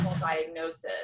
diagnosis